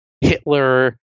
Hitler